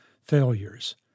failures